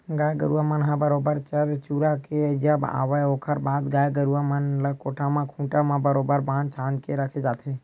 गाय गरुवा मन ह बरोबर चर चुरा के जब आवय ओखर बाद गाय गरुवा मन ल कोठा म खूंटा म बरोबर बांध छांद के रखे जाथे